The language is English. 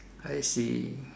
I see